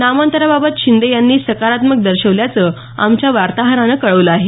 नामांतराबाबत शिंदे यांनी सकारात्मकता दर्शवल्याचं आमच्या वार्ताहरानं कळवलं आहे